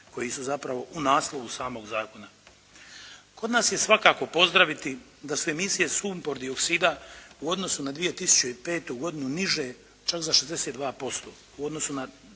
koji su zapravo u naslovu samog zakona. Kod nas je svakako pozdraviti da su emisije sumpor-dioksida u odnosu na 2005. godinu niže čak za 62% u odnosu na,